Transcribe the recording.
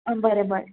आं बरें बरें